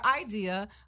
idea